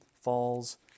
falls